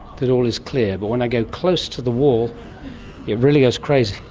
that all is clear, but when i go close to the wall it really goes crazy,